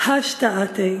"השתא אתי,